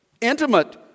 intimate